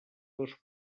dos